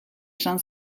esan